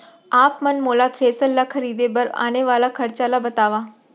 आप मन मोला थ्रेसर ल खरीदे बर आने वाला खरचा ल बतावव?